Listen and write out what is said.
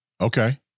Okay